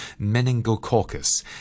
Meningococcus